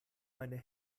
meine